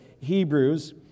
Hebrews